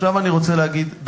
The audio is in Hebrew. עכשיו אני רוצה להגיד.